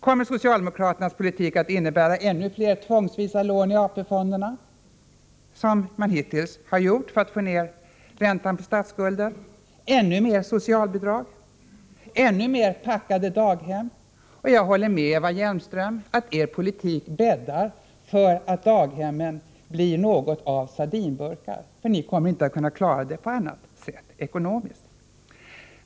Kommer socialdemokraternas politik att innebära att man fattar beslut om ytterligare lån i AP-fonderna till ännu lägre ränta än hittills för att få ned räntan på statsskulden? Kommer socialdemokraternas politik att leda till ännu mer socialbidrag, ännu mer packade daghem? Jag håller med Eva Hjelmström om att er politik bäddar för att daghemmen blir något av sardinburkar. Ni kommer inte att ekonomiskt kunna klara det på annat sätt.